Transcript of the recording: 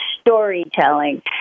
storytelling